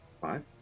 five